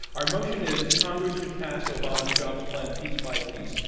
our motion is congress should pass obama's jobs plan piece by piece.